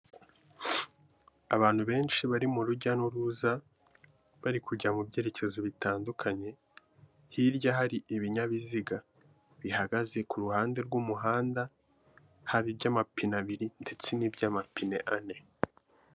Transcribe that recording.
Abantu benshi bari mu rujya n'uruza bari kujya mu byerekezo bitandukanye, hirya hari ibinyabiziga bihagaze ku ruhande rw'umuhanda, haba iby'amapine abiri ndetse n'iby'amapine ane.